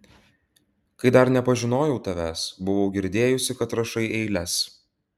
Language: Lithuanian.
kai dar nepažinojau tavęs buvau girdėjusi kad rašai eiles